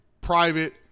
private